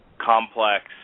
complex